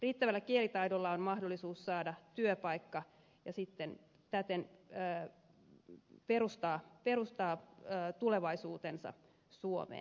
riittävällä kielitaidolla on mahdollisuus saada työpaikka ja sitten täten perustaa tulevaisuutensa suomeen